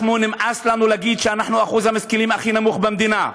נמאס לנו להגיד שאנחנו אחוז המשכילים הכי נמוך במדינה,